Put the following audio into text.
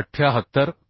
78